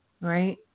right